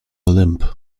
limp